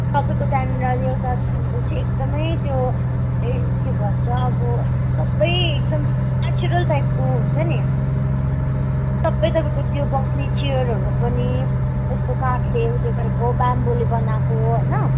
तपाईँको त्यहाँनिर अरू एउटा स्विमिङ पुल छ एकदमै त्यो ए के भन्छ अब सबै एकदम नेचरल टाइपको हुन्छ नि सबै तपाईँको त्यो बस्ने चेयरहरू पनि यस्तो काठले ऊ त्यो गरेको बाम्बोले बनाएको होइन